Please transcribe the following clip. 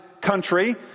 country